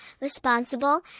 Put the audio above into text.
responsible